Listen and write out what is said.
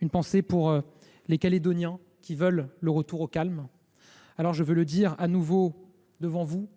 elles et pour les Calédoniens qui veulent le retour au calme. Je veux le dire de nouveau devant vous,